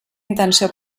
intenció